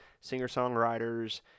singer-songwriters